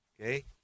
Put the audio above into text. Okay